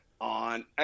on